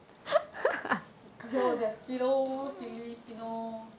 yo that filo filipino